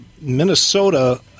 minnesota